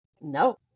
No